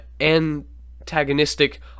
antagonistic